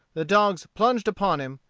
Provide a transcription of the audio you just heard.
the dogs plunged upon him,